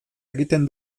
egiten